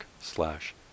slash